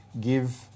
give